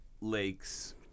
lakes